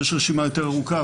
יש רשימה יותר ארוכה,